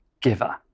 giver